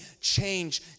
change